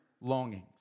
longings